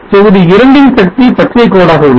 தொகுதி 2 ன் சக்தி பச்சை கோடாக உள்ளது